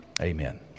Amen